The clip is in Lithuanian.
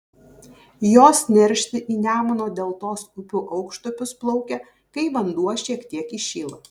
jos neršti į nemuno deltos upių aukštupius plaukia kai vanduo šiek tiek įšyla